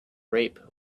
rape